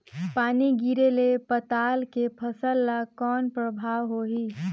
पानी गिरे ले पताल के फसल ल कौन प्रभाव होही?